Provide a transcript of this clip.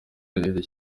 iri